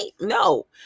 no